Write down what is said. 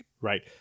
Right